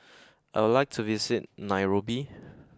I would like to visit Nairobi